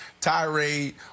tirade